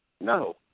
No